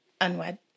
unwed